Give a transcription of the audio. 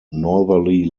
northerly